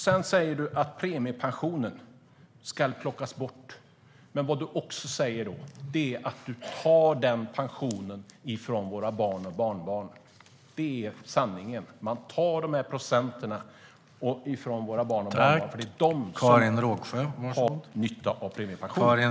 Du säger att premiepensionen ska plockas bort. Vad du också säger då är att du tar denna pension från våra barn och barnbarn. Det är sanningen. Man tar dessa procent från våra barn och barnbarn, för det är de som har nytta av premiepensionen.